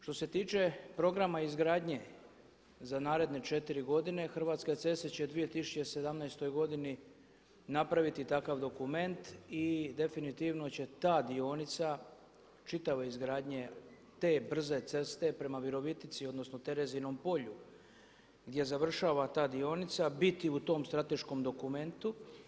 Što se tiče programa izgradnje za naredne četiri godine Hrvatske ceste će 2017. godini napraviti takav dokument i definitivno će ta dionica čitave izgradnje te brze ceste prema Virovitici, odnosno Terezinom polju gdje završava ta dionica biti u tom strateškom dokumentu.